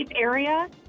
area